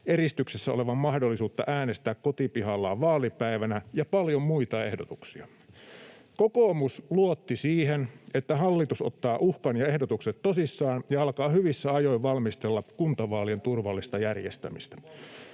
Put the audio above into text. eristyksissä olevan mahdollisuutta äänestää kotipihallaan vaalipäivänä ja paljon muita ehdotuksia. Kokoomus luotti siihen, että hallitus ottaa uhkan ja ehdotukset tosissaan ja alkaa hyvissä ajoin valmistella kuntavaalien turvallista järjestämistä.